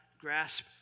grasp